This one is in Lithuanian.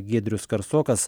giedrius karsokas